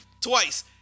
Twice